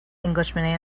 englishman